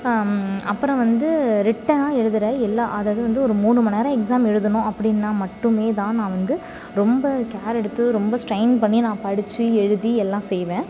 அப்புறம் வந்து ரிட்டனாக எழுதுகிற எல்லாம் அதாவது வந்து ஒரு மூணு மணிநேரம் எக்ஸாம் எழுதணும் அப்படினா மட்டுமே தான் நான் வந்து ரொம்ப கேர் எடுத்து ரொம்ப ஸ்ட்ரைன் பண்ணி நான் படித்து எழுதி எல்லாம் செய்வேன்